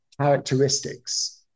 characteristics